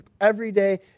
everyday